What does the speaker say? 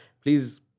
Please